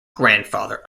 grandfather